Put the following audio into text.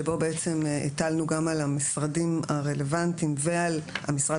שבו הטלנו גם על המשרדים הרלוונטיים ועל המשרד